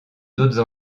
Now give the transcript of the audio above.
d’autres